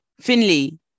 Finley